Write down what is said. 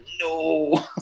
no